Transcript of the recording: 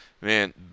man